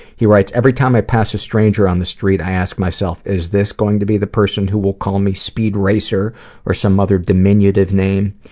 he writes every time i pass a stranger on the street i ask myself, is this going to be the person who will call me speed racer or some other diminutive name?